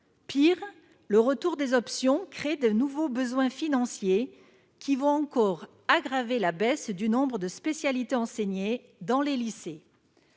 Pire, le retour des options crée de nouveaux besoins financiers qui vont encore aggraver la baisse du nombre de spécialités enseignées dans les lycées.